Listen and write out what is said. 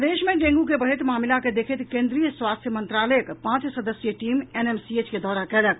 प्रदेश मे डेंगू के बढ़ैत मामिला के देखैत केन्द्रीय स्वास्थ्य मंत्रालयक पांच सदस्यीय टीम एनएमसीएच के दौरा कयलक